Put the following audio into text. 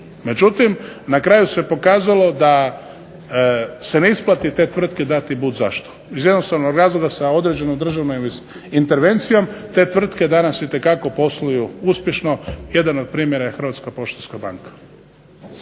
Međutim, na kraju se pokazalo da se ne isplati te tvrtke dati bud zašto iz jednostavnog razloga sa određenom državnom intervencijom te tvrtke danas itekako posluju uspješno. Jedan od primjera je Hrvatska poštanska banka